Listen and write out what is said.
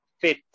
fit